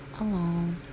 alone